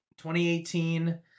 2018